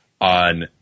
on